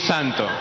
Santo